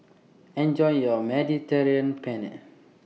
Enjoy your Mediterranean Penne